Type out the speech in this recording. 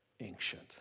ancient